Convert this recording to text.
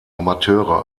amateure